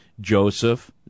Joseph